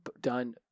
done